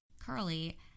Curly